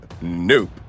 Nope